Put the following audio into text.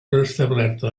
restablerta